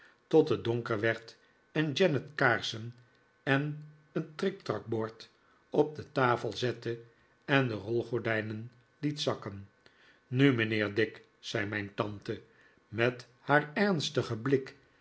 tot het donker werd en janet kaarsen en een triktrakbord op de tafel zette en de rolgordijnen liet zakken nu mijnheer dick zei mijn tante met haar ernstigen blik